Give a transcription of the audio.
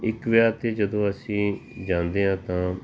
ਇੱਕ ਵਿਆਹ 'ਤੇ ਜਦੋਂ ਅਸੀਂ ਜਾਂਦੇ ਹਾਂ ਤਾਂ